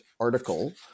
article